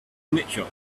mitchell